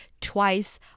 twice